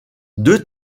deux